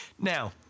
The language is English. now